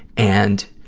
and,